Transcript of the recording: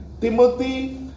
Timothy